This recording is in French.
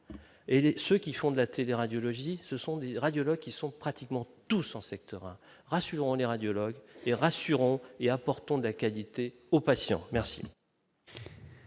et ceux qui font de la télé radiologie, ce sont des radiologues qui sont pratiquement en secteur 1, rassurons les radiologues et rassurant et apportons de la qualité aux patients merci.